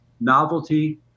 novelty